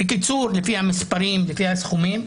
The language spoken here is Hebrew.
בקיצור, לפי המספרים, לפי הסכומים,